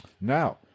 Now